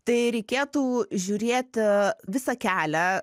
tai reikėtų žiūrėt visą kelią